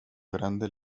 grande